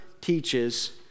teaches